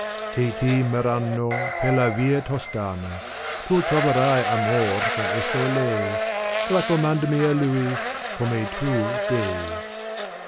che ti merranno per la via tostana tu troverai amor con esso lei raccomandami a lui come tn dei